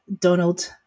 Donald